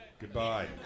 Goodbye